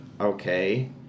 okay